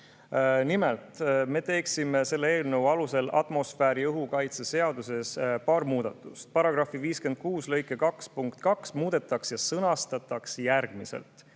Nimelt, me teeksime selle eelnõu kohaselt atmosfääriõhu kaitse seaduses paar muudatust. Paragrahv 56 lõike 2 punkti 2 muudetakse ja see sõnastatakse järgmiselt: